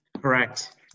Correct